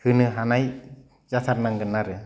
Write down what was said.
होनोहानाय जाथारनांगोन आरो